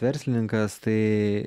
verslininkas tai